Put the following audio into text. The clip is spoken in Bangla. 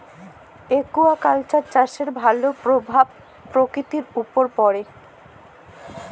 একুয়াকালচার চাষের ভালো পরভাব পরকিতির উপরে পড়ে